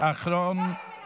היא אמרה שנגמר הזמן.